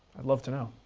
i'd love to know.